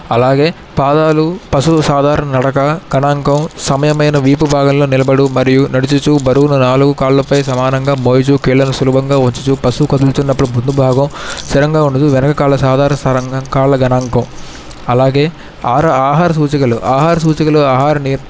అలాగే పాదాలు పశువు సాధారణ నడకా గణాంకం సమయమైనా వీపు భాగంలో నిలబడు మరియూ నడిచిచు బరువు నాలుగు కాళ్లపై సమానంగా మోయుచు కీళ్లను సులభంగా వంచుచూ పశువు కదుల్తున్నప్పుడు ముందు భాగం స్థిరంగా ఉండదు వెనక కాళ్ళ సాధారణ స్థానంగా కాళ్ళ గణాంకం అలాగే ఆర ఆహార సూచికలు ఆహార సూచికలు ఆహారాన్ని